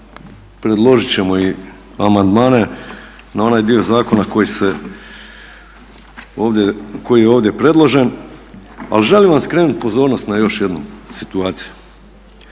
predložit ćemo i amandmane na onaj dio zakona koji je ovdje predložen, ali želim vam skrenut pozornost na još jednu situaciju.